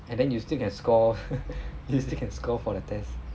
and then you still can score you still can score for the test